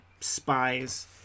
spies